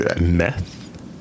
meth